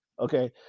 Okay